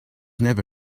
never